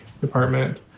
department